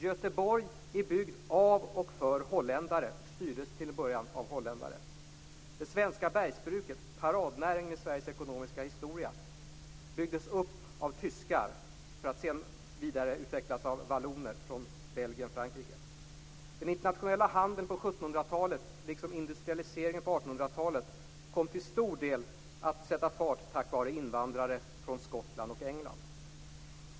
Göteborg är byggd av och för holländare och styrdes till en början av holländare. Det svenska bergsbruket, paradnäringen i Sveriges ekonomiska historia, byggdes upp av tyskar för att sedan vidareutvecklas av valloner från Belgien och Frankrike. Den internationella handeln på 1700-talet liksom industrialiseringen på 1800-talet kom till stor del att sätta fart tack vare invandrare från Skottland och England.